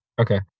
Okay